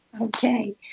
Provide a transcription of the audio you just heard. Okay